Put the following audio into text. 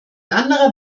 anderer